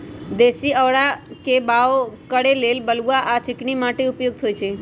देशी औरा के बाओ करे लेल बलुआ आ चिकनी माटि उपयुक्त होइ छइ